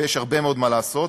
ויש הרבה מאוד מה לעשות,